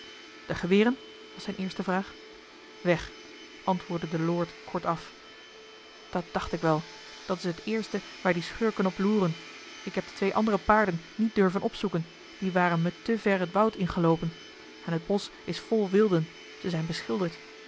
de geweren was zijne eerste vraag weg antwoordde de lord kortaf dat dacht ik wel dat is het eerste waar die schurken op loeren ik heb de twee andere paarden niet durven opzoeken die waren me te ver het woud in geloopen en het bosch is vol wilden ze zijn beschilderd